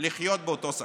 לחיות באותו שכר.